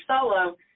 solo